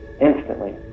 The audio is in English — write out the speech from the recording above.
instantly